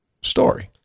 story